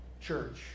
church